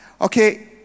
okay